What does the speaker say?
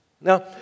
Now